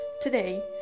Today